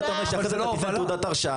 אם אתה אומר שאחרי זה אתה תיתן תעודת הרשאה,